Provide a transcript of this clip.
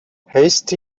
hasty